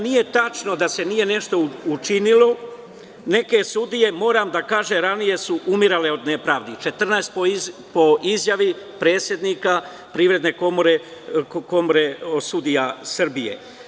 Nije tačno da se nije nešto učinilo, neke sudije su ranije umirale od nepravde, moram da kažem, 14 po izjavi predsednika Privredne komore sudija Srbije.